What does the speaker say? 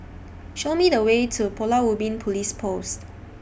Show Me The Way to Pulau Ubin Police Post